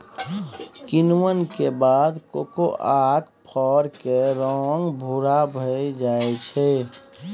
किण्वन केर बाद कोकोआक फर केर रंग भूरा भए जाइ छै